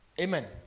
Amen